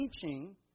teaching